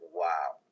wow